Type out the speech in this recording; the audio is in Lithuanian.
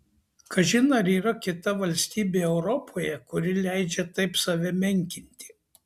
kažin ar yra kita valstybė europoje kuri leidžia taip save menkinti